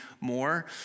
more